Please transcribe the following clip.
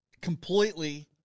completely